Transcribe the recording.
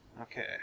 Okay